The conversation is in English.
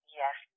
yes